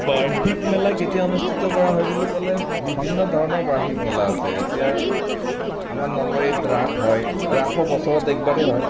বাৰ্ষিক মেলা কেতিয়া অনুষ্ঠিত কৰা হয় বুলি ক'লে বিভিন্ন ধৰণৰ বাৰ্ষিক মেলা আছে এতিয়া আমাৰ নলবাৰীত ৰাস হয় ৰাসো বছৰত একবাৰেই হয়